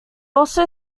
also